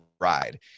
ride